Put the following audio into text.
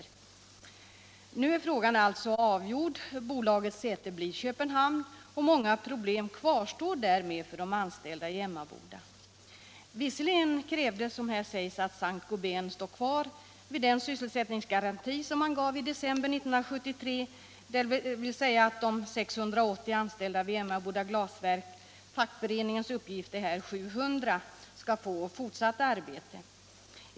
Nu är frågan alltså avgjord. Bolagets säte blir Köpenhamn. Många problem kvarstår därmed för de anställda i Emmaboda. Visserligen krävde regeringen, som nämns i svaret, att Saint Gobain står kvar vid den sysselsättningsgaranti som gavs i december 1973, dvs. att de 680 antällda vid Emmaboda Glasverk — fackföreningens uppgift är 700 — skall få fortsatt arbete.